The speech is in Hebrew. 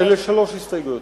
שלוש הסתייגויות.